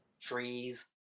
trees